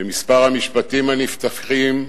במספר המשפטים הנפתחים,